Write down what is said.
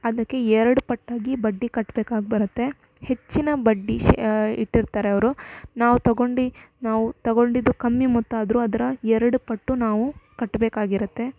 ಅದಕ್ಕೆ ಎರಡು ಪಟ್ಟಾಗಿ ಬಡ್ಡಿ ಕಟ್ಟ್ಬೇಕಾಗಿ ಬರುತ್ತೆ ಹೆಚ್ಚಿನ ಬಡ್ಡಿ ಶೆ ಇಟ್ಟಿರ್ತಾರೆ ಅವರು ನಾವು ತಗೊಂಡು ನಾವು ತಗೊಂಡಿದ್ದು ಕಮ್ಮಿ ಮೊತ್ತ ಆದರೂ ಅದರ ಎರಡು ಪಟ್ಟು ನಾವು ಕಟ್ಟಬೇಕಾಗಿರುತ್ತೆ